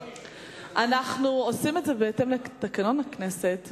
אנחנו עושים את זה בהתאם לתקנון הכנסת,